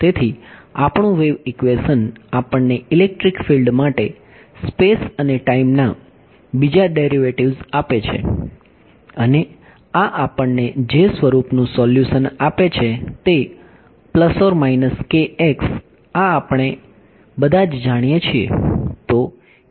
તેથી આપણું wave equation આપણને ઇલેક્ટ્રીક ફિલ્ડ માટે સ્પેસ અને ટાઈમના બીજા ડેરિવેટિવ્સ આપે છે અને આ આપણને જે સ્વરૂપનું સોલ્યુશન આપે છે તે આ આપણે બધા જાણીએ છીએ